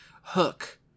hook